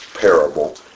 parable